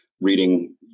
reading